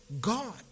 God